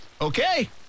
okay